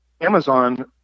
Amazon